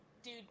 Dude